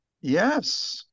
Yes